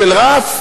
של רף,